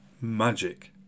magic